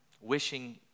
wishing